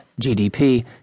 GDP